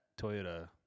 Toyota